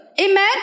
Amen